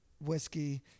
whiskey